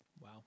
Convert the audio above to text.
Wow